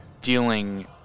dealing